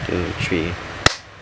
two three